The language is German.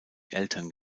eltern